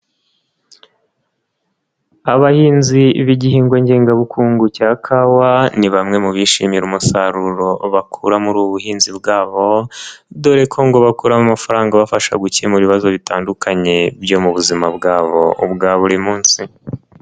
Abahinzi b'igihingwa ngengabukungu cya kawa, ni bamwe mu bishimira umusaruro bakura muri ubuhinzi bwabo, dore ko ngo bakuramo amafaranga abafasha gukemura ibibazo bitandukanye byo mu buzima bwabo bwa buri munsi.